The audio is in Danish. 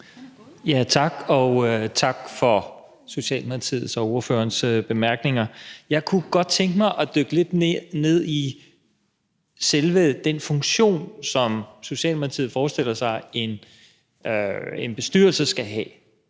Valentin (V): Tak for Socialdemokratiet og ordførerens bemærkninger. Jeg kunne godt tænke mig at dykke lidt ned i selve den funktion, som Socialdemokratiet forestiller sig en bestyrelse skal have.